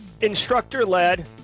instructor-led